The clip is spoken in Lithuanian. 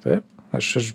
tai aš aš